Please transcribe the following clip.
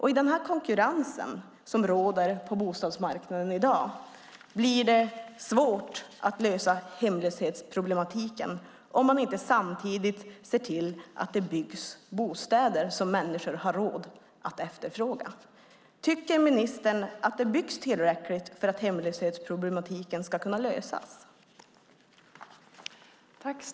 I den konkurrens som råder på bostadsmarknaden i dag blir det svårt att lösa hemlöshetsproblematiken om man inte samtidigt ser till att det byggs bostäder som människor har råd att efterfråga. Tycker ministern att det byggs tillräckligt för att hemlöshetsproblematiken ska kunna lösas?